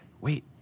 Wait